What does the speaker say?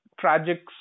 tragic